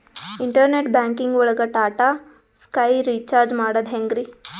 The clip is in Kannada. ಇಂಟರ್ನೆಟ್ ಬ್ಯಾಂಕಿಂಗ್ ಒಳಗ್ ಟಾಟಾ ಸ್ಕೈ ರೀಚಾರ್ಜ್ ಮಾಡದ್ ಹೆಂಗ್ರೀ?